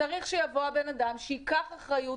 וצריך שיבוא הבן-אדם שייקח אחריות,